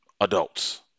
adults